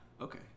okay